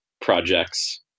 projects